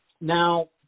Now